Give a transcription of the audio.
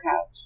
Couch